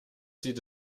zieht